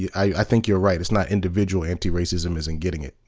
i think you're right, it's not, individual anti-racism isn't getting it.